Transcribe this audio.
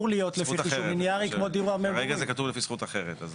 זכות אחרת, כרגע זה כתוב לפי זכות אחרת.